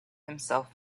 himself